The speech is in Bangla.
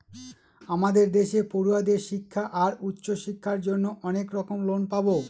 আমাদের দেশে পড়ুয়াদের শিক্ষা আর উচ্চশিক্ষার জন্য অনেক রকম লোন পাবো